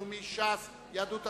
ש"ס, יהדות התורה,